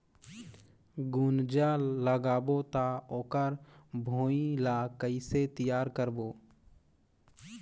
गुनजा लगाबो ता ओकर भुईं ला कइसे तियार करबो?